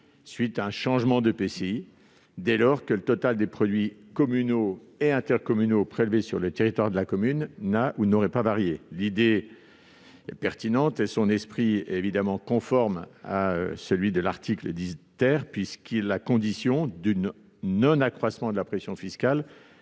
suite d'un changement d'EPCI, dès lors que le total des produits communaux et intercommunaux prélevés sur le territoire de la commune n'a pas varié. L'idée est pertinente, et son esprit est conforme à celui de l'article 10 , puisque la condition d'un non-accroissement de la pression fiscale